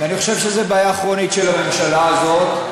אני חושב שזו בעיה כרונית של הממשלה הזאת,